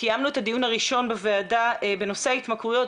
קיימנו את הדיון הראשון בוועדה בנושא התמכרויות,